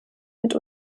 mit